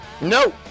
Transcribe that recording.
No